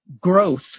growth